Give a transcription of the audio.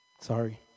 Sorry